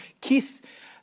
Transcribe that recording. Keith